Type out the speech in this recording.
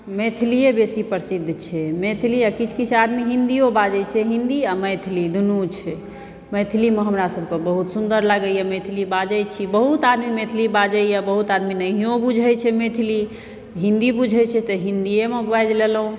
मैथिलिये बेसी प्रसिद्ध छै मैथिली आ किछु किछु आदमी हिन्दियो बाजै छै हिन्दी आ मैथिली दुनू छै मैथिलीमे हमरा सभके बहुत सुन्दर लागैया मैथिली बाजए छी बहुत आदमी मैथिली बाजै यऽ बहुत आदमी नहियो बुझै छै मैथिली हिन्दी बुझै छै तऽ हिन्दिये मे बाजि लेलहुॅं